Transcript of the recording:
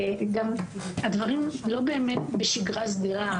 הדברים לא באמת בשגרה סדירה.